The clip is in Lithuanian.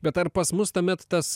bet ar pas mus tamet tas